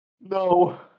No